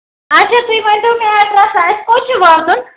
اچھا تُہۍ ؤنتَو مےٚ ایٚڈرَس اَسہِ کوٚت چھُ واتُن